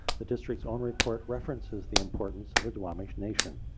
the district's own report references the importance of the duwamish nation.